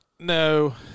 No